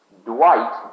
Dwight